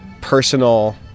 personal